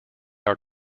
are